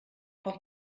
auf